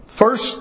First